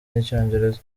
n’icyongereza